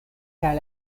kaj